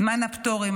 זמן הפטורים,